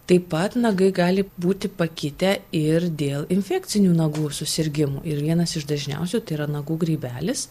taip pat nagai gali būti pakitę ir dėl infekcinių nagų susirgimų ir vienas iš dažniausių tai yra nagų grybelis